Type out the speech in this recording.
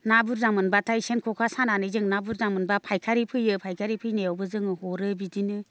ना बुरजा मोनब्लाथाय सेन ख'खा सानानै जों ना बुरजा मोनब्ला फायखारि फैयो फायखारि फैनायावबो जोङो हरो बिदिनो